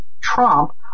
Trump